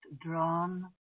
drawn